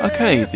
Okay